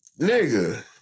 nigga